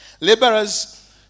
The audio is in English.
Laborers